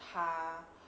他